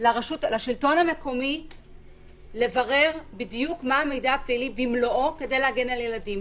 לשלטון המקומי לברר בדיוק מה המידע הפלילי במלואו כדי להגן על ילדים.